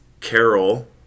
carol